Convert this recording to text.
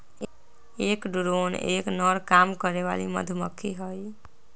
एक ड्रोन एक नर काम करे वाली मधुमक्खी हई